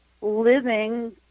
living